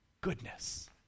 goodness